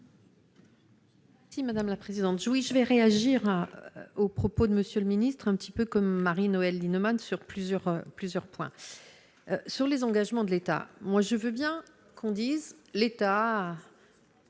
Si Madame la présidente, oui je vais réagira aux propos de monsieur le ministre, un petit peu comme Marie-Noëlle Lienemann sur plusieurs plusieurs points sur les engagements de l'État, moi je veux bien qu'on dise, l'État.